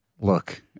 look